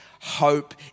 hope